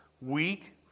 weak